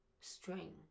String